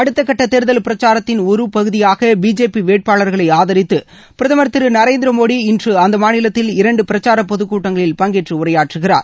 அடுத்தக்கட்ட தேர்தல் பிரச்சாரத்தின் ஒரு பகுதியாக பிஜேபி வேட்பாளர்களை ஆதரித்து பிரதமர் திரு நரேந்திர மோதி இன்று அந்த மாநிலத்தில் இரண்டு பிரச்சார பொதுக் கூட்டங்களில் பங்கேற்று உரையாற்றுகிறார்